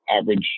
average